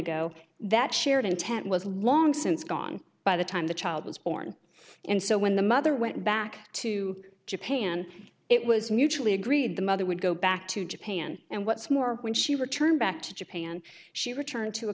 ago that shared intent was long since gone by the time the child was born and so when the mother went back to japan it was mutually agreed the mother would go back to japan and what's more when she returned back to japan she returned to a